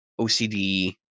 OCD